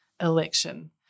election